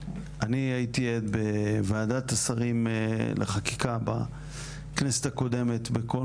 אני הייתי עד בוועדת השרים לחקיקה בכנסת הקודמת בכל